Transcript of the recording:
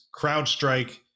CrowdStrike